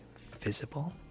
visible